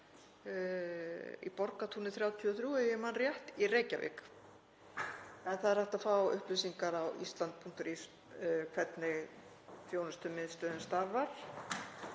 í Borgartúni 33, ef ég man rétt, í Reykjavík. Hægt er að fá upplýsingar á island.is um hvernig þjónustumiðstöðin starfar.